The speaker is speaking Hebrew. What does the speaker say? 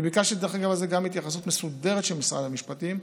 אני ביקשתי גם על זה התייחסות מסודרת של משרד המשפטים,